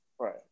right